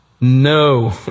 No